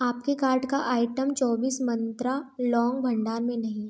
आपके कार्ट का आइटम चौबिस मंत्रा लौंग भंडार में नहीं है